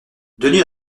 denis